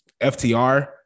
FTR